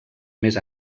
més